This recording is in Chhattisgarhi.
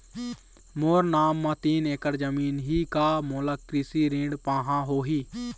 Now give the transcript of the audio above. मोर नाम म तीन एकड़ जमीन ही का मोला कृषि ऋण पाहां होही?